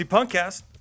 Punkcast